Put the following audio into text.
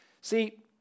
See